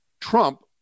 Trump